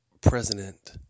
president